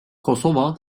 kosova